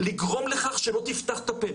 לגרום לכך שלא תפתח את הפה.